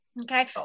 okay